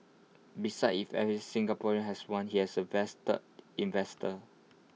if every Singaporean has one he has A vested investor